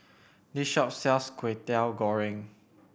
this shop sells Kwetiau Goreng